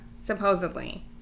supposedly